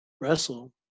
wrestle